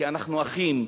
כי אנחנו אחים,